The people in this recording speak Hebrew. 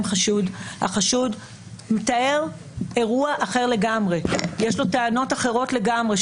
החשוד מתאר אירוע אחר לגמרי; יש לו טענות אחרות לגמרי,